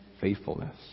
faithfulness